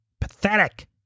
Pathetic